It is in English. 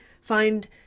find